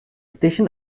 station